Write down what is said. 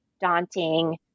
daunting